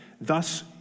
Thus